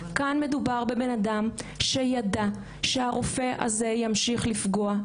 כאן מדובר באדם שידע שהרופא הזה ימשיך לפגוע,